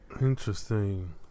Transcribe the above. Interesting